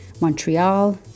Montreal